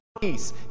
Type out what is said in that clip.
peace